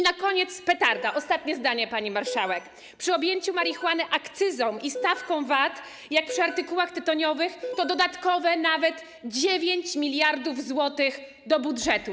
Na koniec petarda - ostatnie zdanie, pani marszałek - przy objęciu marihuany akcyzą i stawką VAT, jak przy artykułach tytoniowych, to dodatkowe nawet 9 mld zł do budżetu.